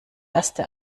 erste